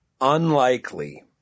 Unlikely